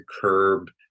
curb